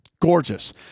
gorgeous